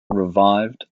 revived